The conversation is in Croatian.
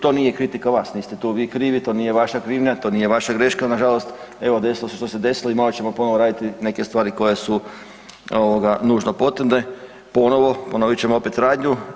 To nije kritika vas, niste tu vi krivi, to nije vaša krivnja, to nije vaša greška, nažalost evo desilo se što se desilo i malo ćemo ponovo raditi neke stvari koje su nužno potrebne ponovo, ponovit ćemo opet radnju.